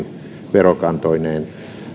verokantoineen